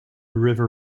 river